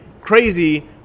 Crazy